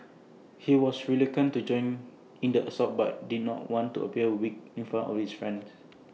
he was reluctant to join in the assault but did not want appear weak in front of his friends